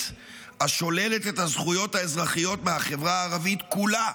השוללת את הזכויות האזרחיות מהחברה הערבית כולה.